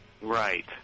Right